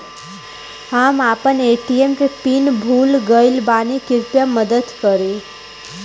हम आपन ए.टी.एम के पीन भूल गइल बानी कृपया मदद करी